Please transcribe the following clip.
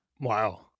Wow